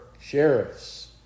Sheriffs